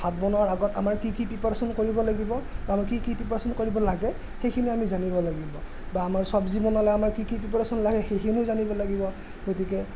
ভাত বনোৱাৰ আগত আমাৰ কি কি প্ৰিপাৰেশ্যন কৰিব লাগিব আৰু কি কি প্ৰিপাৰেশ্যন কৰিব লাগে সেইখিনি আমি জানিব লাগিব বা আমাৰ চব্জি বনালে আমাৰ কি কি প্ৰিপাৰেশ্যন লাগে সেইখিনিও জানিব লাগিব গতিকে